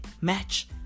match